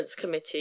Committee